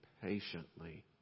patiently